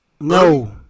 No